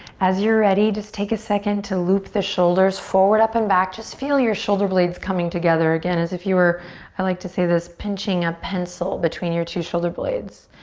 as you're ready just take a second to loop the shoulders forward, up and back. just feel your shoulder blades coming together again. as if you're, i like to say this, pinching a pencil between your two shoulder blades.